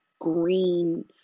green